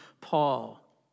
Paul